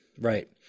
Right